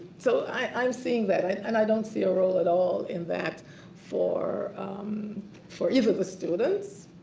so i'm seeing that and i don't see a role at all in that for for even the students